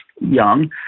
young